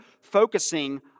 focusing